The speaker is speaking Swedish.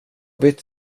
bytt